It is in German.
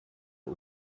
der